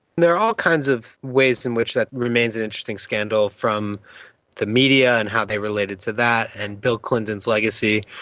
there are all kinds of ways in which that remains an interesting scandal from the media and how they related to that, and bill clinton's legacy.